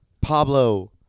Pablo